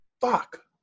Fuck